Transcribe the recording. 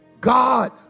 God